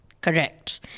Correct